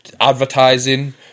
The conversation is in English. advertising